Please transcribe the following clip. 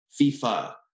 FIFA